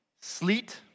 Sleet